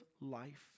life